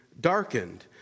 darkened